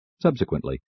Subsequently